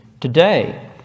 Today